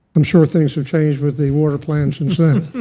i'm sure things have changed with the water plan since then.